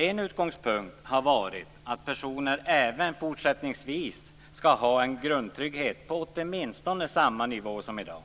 En utgångspunkt har varit att personer även fortsättningsvis skall ha en grundtrygghet på åtminstone samma nivå som i dag.